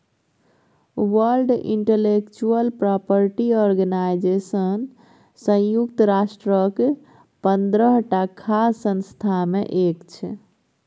world intellectual property organization संयुक्त राष्ट्रक पंद्रहटा खास संस्था मे एक छै